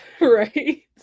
right